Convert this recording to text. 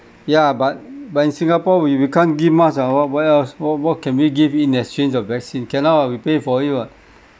ya but but in singapore we we can't give much ah what what else what what can we give in exchange of vaccine cannot [what] we pay for it [what]